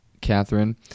Catherine